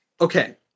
okay